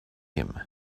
him